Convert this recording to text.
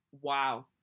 Wow